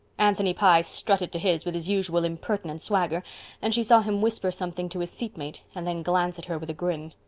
anthony pye strutted to his with his usual impertinent swagger and she saw him whisper something to his seat-mate and then glance at her with a grin.